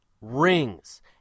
rings